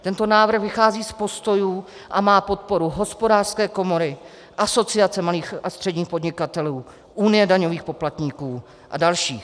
Tento návrh vychází z postojů a má podporu Hospodářské komory, Asociace malých a středních podnikatelů, Unie daňových poplatníků a dalších.